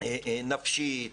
נפשית